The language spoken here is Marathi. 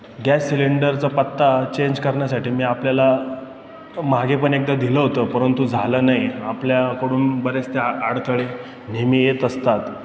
गॅस सिलेंडरचा पत्ता चेंज करण्यासाठी मी आपल्याला मागे पण एकदा दिलं होतं परंतु झालं नाही आपल्याकडून बरेच ते आ अडथळे नेहमी येत असतात